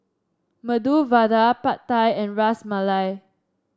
Medu Vada Pad Thai and Ras Malai